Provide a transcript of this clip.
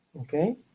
okay